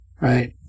right